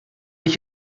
ich